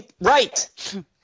right